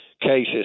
cases